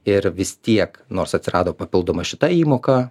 ir vis tiek nors atsirado papildoma šita įmoka